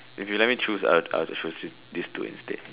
if you let me choose I'd I'd chosen these two instead